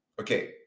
Okay